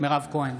מירב כהן,